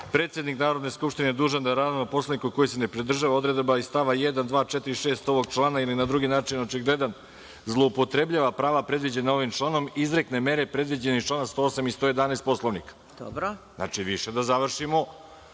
predsednik Narodne skupštine je dužan da narodnom poslaniku koji se ne pridržava odredaba iz stavova 1, 2, 4. i 6. ovog člana ili na drugi način očigledan zloupotrebljava prava predviđena ovim članom, izrekne mere predviđene iz člana 108. i 111. Poslovnika. Znači, više da završimo